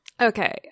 okay